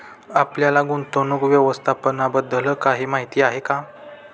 आपल्याला गुंतवणूक व्यवस्थापनाबद्दल काही माहिती आहे का?